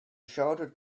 shouted